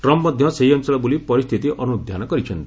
Trump ମଧ୍ୟ ସେହି ଅଞ୍ଚଳ ବୁଲି ପରିସ୍ଥିତି ଅନ୍ଧ୍ୟାନ କରିଛନ୍ତି